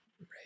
Right